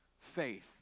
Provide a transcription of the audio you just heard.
faith